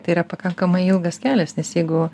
tai yra pakankamai ilgas kelias nes jeigu